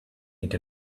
into